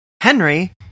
Henry